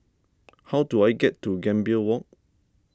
how do I get to Gambir Walk